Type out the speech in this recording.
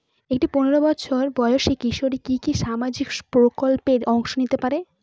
একটি পোনেরো বছর বয়সি কিশোরী কি কি সামাজিক প্রকল্পে অংশ নিতে পারে?